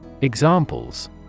Examples